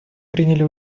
приняли